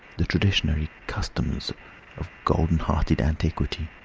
the traditionary customs of golden-hearted antiquity,